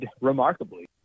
remarkably